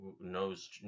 knows